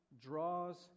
draws